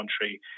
country